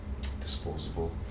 disposable